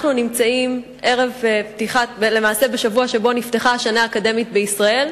אנחנו נמצאים בשבוע שבו נפתחה השנה האקדמית בישראל,